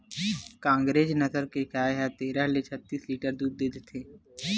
कांकरेज नसल के गाय ह तेरह ले छत्तीस लीटर तक दूद देथे